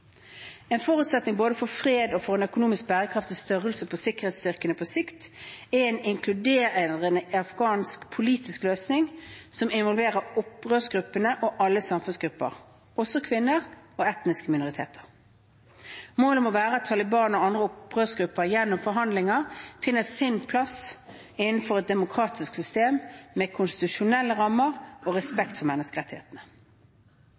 En forutsetning både for fred og for en økonomisk bærekraftig størrelse på sikkerhetsstyrkene på sikt er en inkluderende afghansk politisk løsning som involverer opprørsgruppene og alle samfunnsgrupper, også kvinner og etniske minoriteter. Målet må være at Taliban og andre opprørsgrupper gjennom forhandlinger finner sin plass innenfor et demokratisk system – med konstitusjonelle rammer og